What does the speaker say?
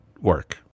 work